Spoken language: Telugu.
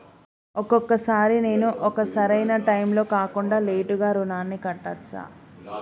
ఒక్కొక సారి నేను ఒక సరైనా టైంలో కాకుండా లేటుగా రుణాన్ని కట్టచ్చా?